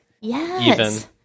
Yes